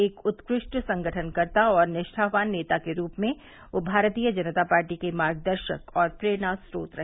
एक उत्कृष्ट संगठनकर्ता और निष्ठावान नेता के रूप में वे भारतीय जनता पार्टी के मार्गदर्शक और प्रेरणास्रोत रहे